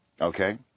Okay